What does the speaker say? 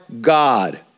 God